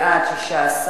בעד, 16,